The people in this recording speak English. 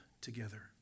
together